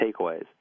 takeaways